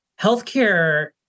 healthcare